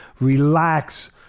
Relax